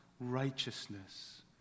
righteousness